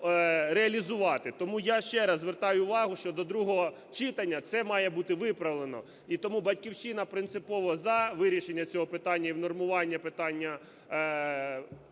реалізувати. Тому я ще раз звертаю увагу, що до другого читання це має бути виправлено. І тому "Батьківщина" принципово за вирішення цього питання і унормування питання